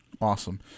Awesome